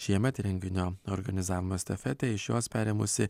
šiemet renginio organizavimo estafetę iš jos perėmusi